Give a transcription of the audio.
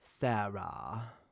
Sarah